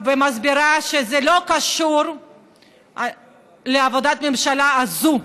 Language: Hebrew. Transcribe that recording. ומסבירה שזה לא קשור לעבודת הממשלה הזו.